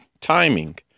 timing